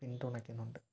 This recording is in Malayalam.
പിന്തുണയ്ക്കുന്നുണ്ട്